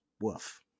woof